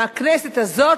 בכנסת הזאת,